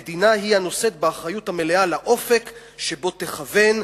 המדינה היא הנושאת באחריות המלאה לאופק שבו תכוון,